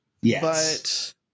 Yes